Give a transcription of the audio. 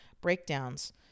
breakdowns